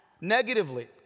negatively